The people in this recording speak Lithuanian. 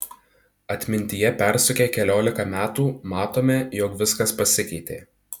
atmintyje persukę keliolika metų matome jog viskas pasikeitė